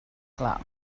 clar